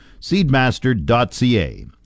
Seedmaster.ca